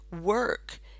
work